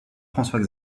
françois